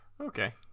Okay